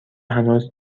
هنوز